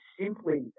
simply